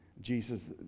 Jesus